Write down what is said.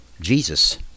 Jesus